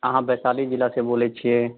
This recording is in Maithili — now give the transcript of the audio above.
अहाँ वैशाली जिला से बोलैत छियै